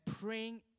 praying